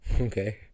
okay